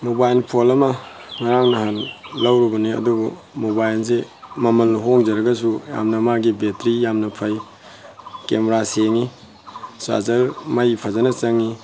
mobile phone ꯑꯃ ꯉꯔꯥꯡ ꯉꯍꯥꯟ ꯂꯧꯔꯨꯕꯅꯦ ꯑꯗꯨꯕꯨ ꯃꯣꯕꯥꯏꯜꯁꯦ ꯃꯃꯜ ꯍꯣꯡꯖꯔꯒꯁꯨ ꯌꯥꯝꯅ ꯃꯥꯒꯤ ꯕꯦꯇ꯭ꯔꯤ ꯌꯥꯝꯅ ꯐꯩ ꯀꯦꯃꯦꯔꯥ ꯁꯦꯡꯉꯤ ꯆꯥꯔꯖꯔ ꯃꯩ ꯐꯖꯅ ꯆꯪꯉꯤ